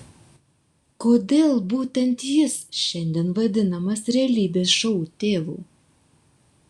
kodėl būtent jis šiandien vadinamas realybės šou tėvu